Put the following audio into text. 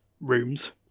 rooms